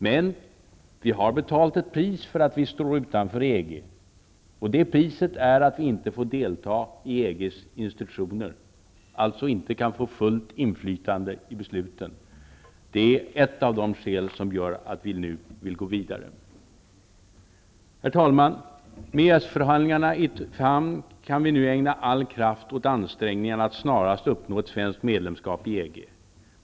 Men vi har betalt ett pris för att vi står utanför EG, och det priset är att vi inte får delta i EG:s institutioner, alltså att vi inte kan få fullt inflytande i besluten. Det är ett av de skäl som gör att vi nu vill gå vidare. Herr talman! Med EES-förhandlingarna i hamn kan vi nu ägna all kraft åt ansträngningarna att snarast uppnå ett svenskt medlemskap i EG.